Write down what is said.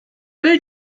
will